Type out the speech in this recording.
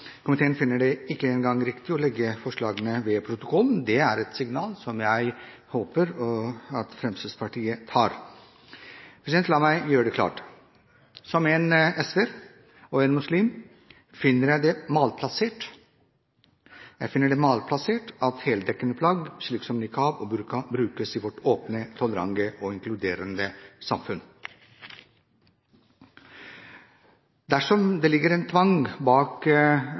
Komiteen finner det ikke engang riktig å legge forslagene ved protokollen. Det er et signal som jeg håper Fremskrittspartiet tar. La meg gjøre det klart: Som SV-er og muslim finner jeg det malplassert at heldekkende plagg, slik som niqab og burka, brukes i vårt åpne, tolerante og inkluderende samfunn. Dersom det ligger en tvang bak